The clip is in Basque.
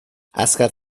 azkar